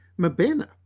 Mabena